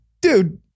dude